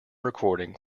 recording